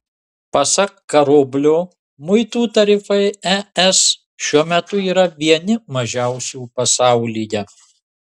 pasak karoblio muitų tarifai es šiuo metu yra vieni mažiausių pasaulyje